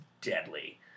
deadly